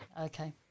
Okay